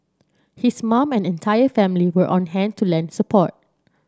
his mum and entire family were on hand to lend support